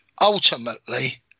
Ultimately